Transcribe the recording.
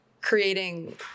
creating